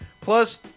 Plus